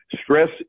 Stress